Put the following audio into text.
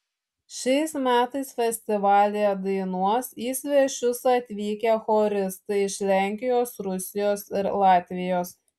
šiais metais festivalyje dainuos į svečius atvykę choristai iš lenkijos rusijos ir latvijos